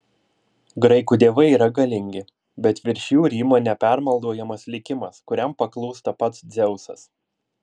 graikų dievai yra galingi bet virš jų rymo nepermaldaujamas likimas kuriam paklūsta pats dzeusas